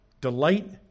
delight